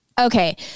Okay